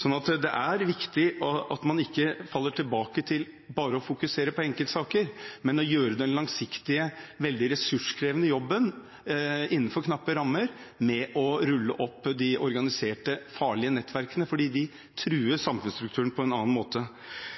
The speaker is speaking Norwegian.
Så det er viktig at man ikke faller tilbake til bare å fokusere på enkeltsaker, men at man gjør den langsiktige, veldig ressurskrevende jobben, innenfor knappe rammer, med å rulle opp de organiserte, farlige nettverkene, for de truer